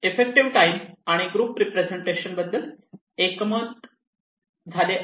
effective time आणि group representation बद्दल एकमत झाले आहे